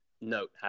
note